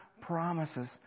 promises